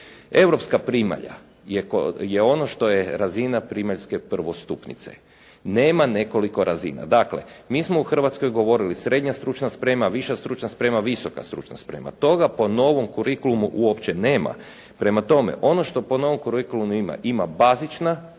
Europska primalja je ono što je razina primaljske prvostupnice, nema nekoliko razina. Dakle, mi smo u Hrvatskoj govorili srednja stručna sprema, viša stručna sprema, visoka stručna sprema. Toga po novom kurikulumu uopće nema. Prema tome, ono što po novom kurikulumu ima, ima bazična dakle